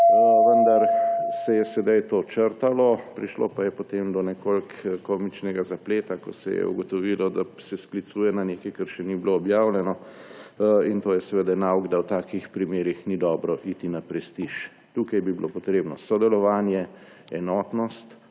Vendar se je sedaj to črtalo. Prišlo pa je potem do nekoliko komičnega zapleta, ko se je ugotovilo, da se sklicuje na nekaj, kar še ni bilo objavljeno. To je seveda nauk, da v takih primerih ni dobro iti na prestiž. Tukaj bi bili potrebni sodelovanje, enotnost,